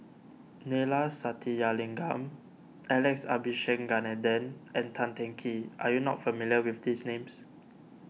Neila Sathyalingam Alex Abisheganaden and Tan Teng Kee are you not familiar with these names